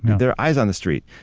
there are eyes on the street.